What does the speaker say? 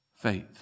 faith